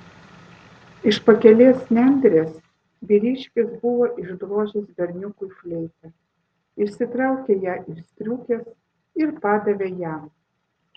iš pakelės nendrės vyriškis buvo išdrožęs berniukui fleitą išsitraukė ją iš striukės ir padavė jam